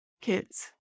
kids